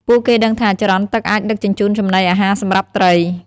ពួកគេដឹងថា ចរន្តទឹកអាចដឹកជញ្ជូនចំណីអាហារសម្រាប់ត្រី។